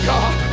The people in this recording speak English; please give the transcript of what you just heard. God